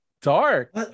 dark